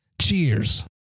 Cheers